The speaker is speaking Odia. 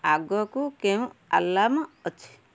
ଆଗକୁ କେଉଁ ଆଲାର୍ମ ଅଛି